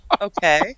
Okay